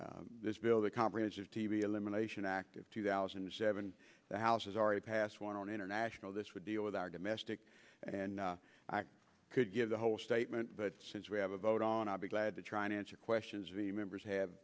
the this bill the comprehensive t v elimination act of two thousand and seven the house has already passed one international this would deal with our domestic and i could give the whole statement but since we have a vote on i'll be glad to try to answer questions via members have